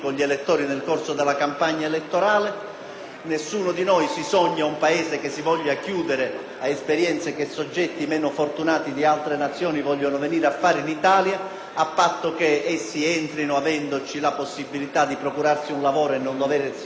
Nessuno di noi si sogna un Paese chiuso ad esperienze che soggetti meno fortunati di altre Nazioni vogliono venire a fare in Italia, a patto che essi entrino avendo la possibilità di trovare un lavoro e non dovendosi procurare da vivere non lavorando e quindi